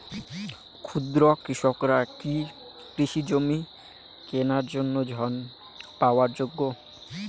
ক্ষুদ্র কৃষকরা কি কৃষিজমি কিনার জন্য ঋণ পাওয়ার যোগ্য?